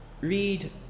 read